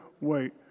wait